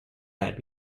that